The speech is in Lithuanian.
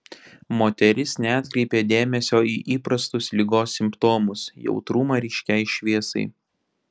moteris neatkreipė dėmesio į įprastus ligos simptomus jautrumą ryškiai šviesai